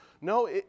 No